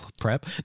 prep